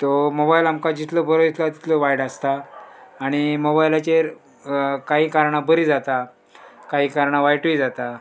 तो मोबायल आमकां जितलो बरो येतलो तितलो वायट आसता आनी मोबायलाचेर काही कारणां बरी जाता काही कारणां वायटूय जाता